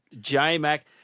J-Mac